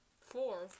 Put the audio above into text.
four